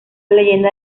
leyenda